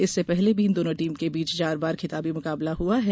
इससे पहले भी इन दोनों टीमों के बीच चार बार खिताबी मुकाबला हुआ है